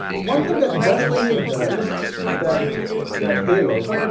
one thing that destiny does that that halo